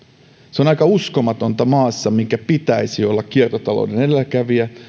se on aika uskomatonta maassa minkä pitäisi olla kiertotalouden edelläkävijä